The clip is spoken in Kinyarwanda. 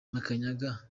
makanyaga